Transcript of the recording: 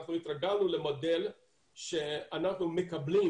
אנחנו התרגלנו למודל שאנחנו מקבלים